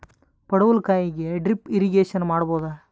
ಪಡವಲಕಾಯಿಗೆ drip irrigation ಮಾಡಬೋದ?